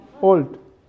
old